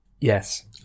Yes